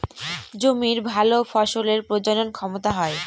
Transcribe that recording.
জমির ভালো ফসলের প্রজনন ক্ষমতা হয়